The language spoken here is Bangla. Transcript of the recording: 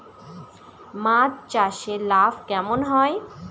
মাছ চাষে লাভ কেমন হয়?